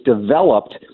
developed